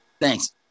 Thanks